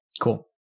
Cool